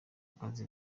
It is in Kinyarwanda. kazi